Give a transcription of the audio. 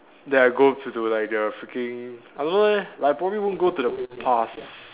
then I go to like the fricking I don't know leh like I probably wouldn't go to the past